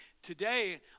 Today